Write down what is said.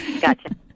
Gotcha